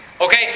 Okay